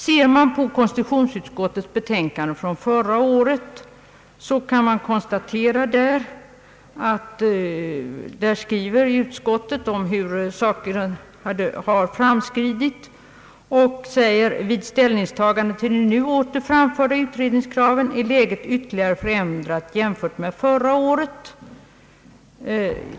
Ser man på konstitutionsutskottets betänkande från förra året kan man konstatera att utskottet där skrivit om hur sakerna framskridit. Utskottet säger: »Vid ställningstagandet till de nu åter framförda utredningskraven är läget ytterligare förändrat jämfört med förra året.